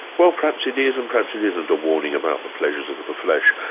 well perhaps it is and perhaps it isn't a warning about the pleasures of the flesh.